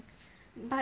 but